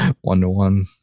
one-to-one